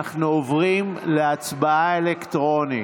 אנחנו עוברים להצבעה אלקטרונית.